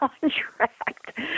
contract